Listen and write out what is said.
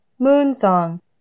Moonsong